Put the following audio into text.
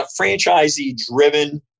franchisee-driven